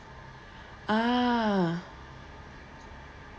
ah